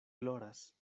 gloras